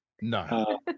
No